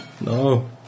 No